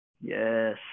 Yes